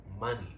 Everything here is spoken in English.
money